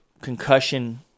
concussion